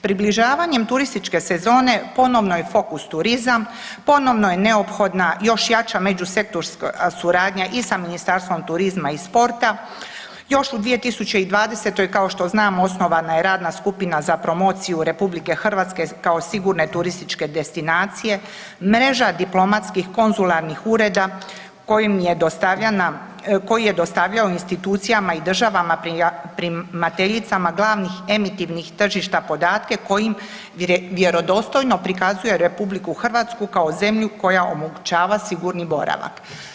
Približavanjem turističke sezone ponovno je fokus turizam, ponovo je neophodna još jača međusektorska suradnja i sa Ministarstvom turizma i sporta, još u 2020. kao što znamo osnovana je radna skupina za promociju RH kao sigurne turističke destinacije, mreža diplomatskih konzularnih ureda koji je dostavljao institucijama i državama primateljicama glavnih emitivnih tržišta podatke kojim vjerodostojno prikazuje RH kao zemlju koja omogućava sigurni boravak.